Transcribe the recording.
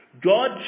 God